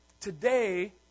Today